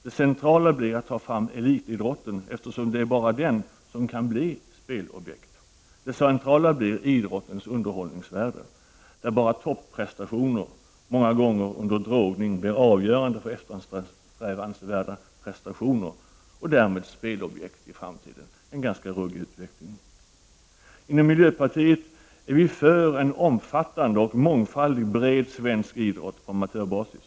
Det centrala blir att ta fram elitidrotten, eftersom det bara är den som kan bli spelobjekt. Det centrala blir idrottens underhållningsvärde, där bara topprestationer, som många gånger utförs med hjälp av droger, är eftersträvansvärda och därmed spelobjekt i framtiden - en ganska ruggig utveckling. Inom miljöpartiet är vi för en omfattande och mångfaldig bred svensk idrott på amatörbasis.